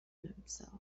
himself